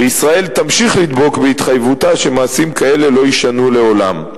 וישראל תמשיך לדבוק בהתחייבותה שמעשים כאלה לא יישנו לעולם.